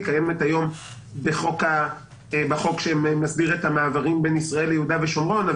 היא קיימת היום בחוק שמסדיר את המעברים בין ישראל ליהודה ושומרון,